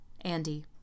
Andy